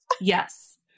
Yes